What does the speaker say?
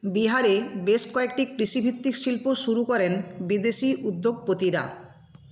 বিহারে বেশ কয়েকটি কৃষিভিত্তিক শিল্প শুরু করেন বিদেশী উদ্যোগপতিরা